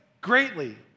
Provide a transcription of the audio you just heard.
greatly